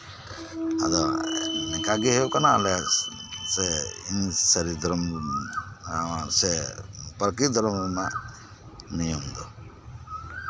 ᱚᱱᱠᱟᱜᱮ ᱦᱩᱭᱩᱜ ᱠᱟᱱᱟ ᱟᱞᱮ ᱥᱟᱹᱨᱤ ᱫᱷᱚᱨᱚᱢ ᱥᱮ ᱯᱨᱟᱠᱤᱨᱛᱤᱠ ᱫᱷᱚᱨᱚᱢ ᱨᱮᱨᱱᱟᱜ ᱱᱤᱭᱚᱢ ᱫᱚ